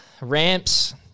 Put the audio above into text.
Ramps